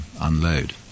unload